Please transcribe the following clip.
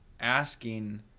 asking